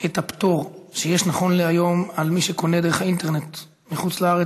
את הפטור שיש נכון להיום למי שקונה דרך האינטרנט מחוץ לארץ.